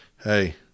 Hey